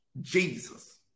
Jesus